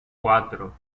cuatro